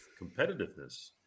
competitiveness